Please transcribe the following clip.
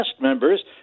members